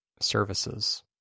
services